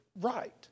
right